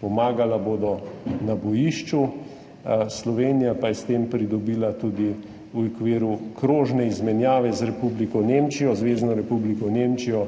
Pomagali bodo na bojišču, Slovenija pa je s tem pridobila tudi v okviru krožne izmenjave z Zvezno republiko Nemčijo